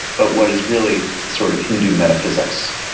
but what is really sort of hindu metaphysics,